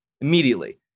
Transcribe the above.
immediately